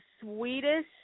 sweetest